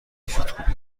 فتوکپی